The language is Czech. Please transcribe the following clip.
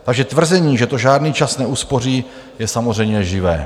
Takže tvrzení, že to žádný čas neuspoří, je samozřejmě lživé.